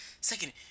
second